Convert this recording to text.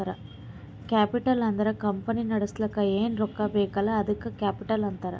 capital ಅಂದುರ್ company ನಡುಸ್ಲಕ್ ಏನ್ ರೊಕ್ಕಾ ಬೇಕಲ್ಲ ಅದ್ದುಕ ಕ್ಯಾಪಿಟಲ್ ಅಂತಾರ್